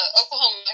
Oklahoma